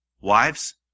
Wives